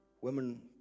Women